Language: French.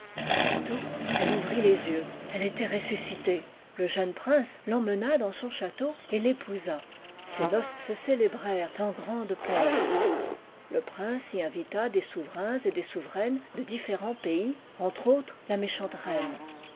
aussitôt elle ouvrit les yeux elle était ressuscitée le jeune prince l'emmena dans son château et l'épousa ses noces se célébrèrent en grande pompe le prince y invita des souverains et des souveraines de diff'érents pays entre autres la méchante reine